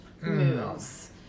moves